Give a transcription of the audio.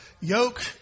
yoke